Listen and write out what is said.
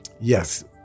yes